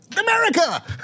America